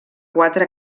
quatre